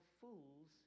fools